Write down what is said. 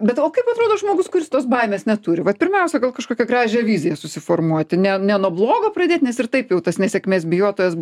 bet o kaip atrodo žmogus kuris tos baimės neturi vat pirmiausia gal kažkokią gražią viziją susiformuoti ne ne nuo blogo pradėt nes ir taip jau tas nesėkmės bijotojas